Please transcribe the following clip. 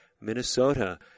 Minnesota